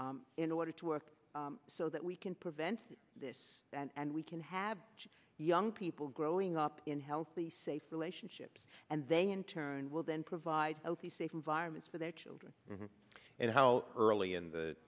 in order to work so that we can prevent this and we can have young people growing up in healthy safe relationships and they in turn will then provide healthy safe environments for their children and how early and in the